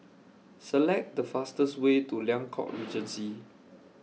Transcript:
Select The fastest Way to Liang Court Regency